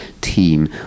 team